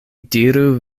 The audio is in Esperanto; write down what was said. diru